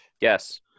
Yes